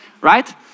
Right